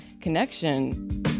connection